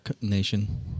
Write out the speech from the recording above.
nation